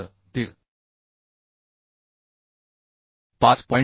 तर ते 5